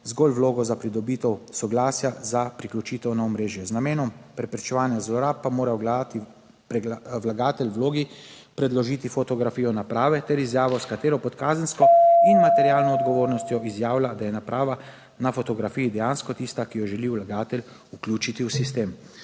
zgolj vlogo za pridobitev soglasja za priključitev na omrežje. Z namenom preprečevanja zlorab pa mora vlagatelj v vlogi predložiti fotografijo naprave ter izjavo, s katero pod kazensko in materialno odgovornostjo izjavlja, da je naprava na fotografiji dejansko tista, ki jo želi vlagatelj vključiti v sistem.